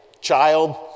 child